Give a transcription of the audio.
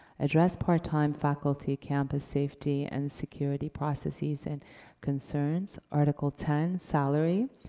address part-time faculty campus safety and security processes and concerns. article ten, salary.